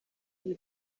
iyi